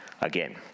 again